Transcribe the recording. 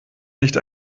nicht